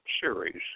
series